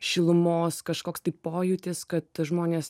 šilumos kažkoks tai pojūtis kad žmonės